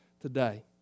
today